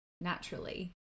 naturally